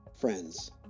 Friends